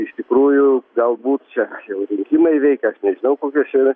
iš tikrųjų galbūt čia jau rinkimai veikia aš nežinau kokios čia yra